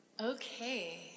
Okay